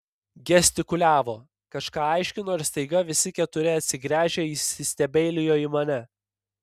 gestikuliavo kažką aiškino ir staiga visi keturi atsigręžę įsistebeilijo į mane